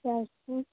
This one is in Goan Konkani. सारकी